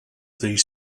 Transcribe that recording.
these